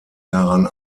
daran